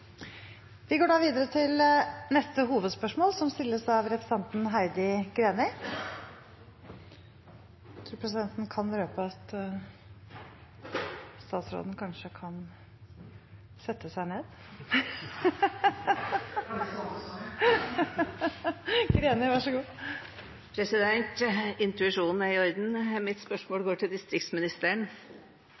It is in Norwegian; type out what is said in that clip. Vi går videre til neste hovedspørsmål, som stilles av representanten Heidi Greni. Presidenten kan røpe at statsråden kanskje kan gå ned og sette seg. Jeg har blitt så vant til å stå her! President, intuisjonen er i orden – mitt spørsmål går til distriktsministeren!